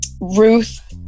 Ruth